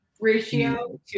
ratio